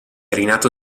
rinato